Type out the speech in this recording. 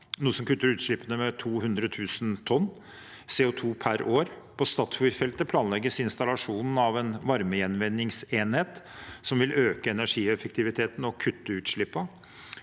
noe som kutter utslippene med 200 000 tonn CO2 per år. På Statfjord-feltet planlegges installasjonen av en varmegjenvinningsenhet som vil øke energieffektiviteten og kutte utslippene,